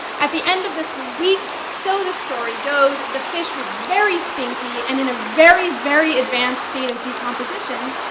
at the end of the three weeks, so the story goes, the fish was very stinky and in a very, very advanced state of decomposition,